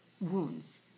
wounds